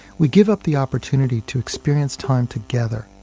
we give up the opportunity to experience time together,